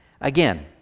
Again